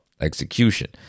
execution